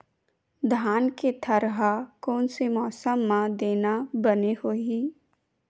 धान के थरहा कोन से मौसम म देना बने होही?